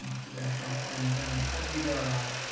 to death row and and i'd be there a lot,